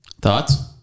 Thoughts